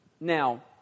Now